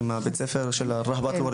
על בית ספר (אומר את שמו בערבית)?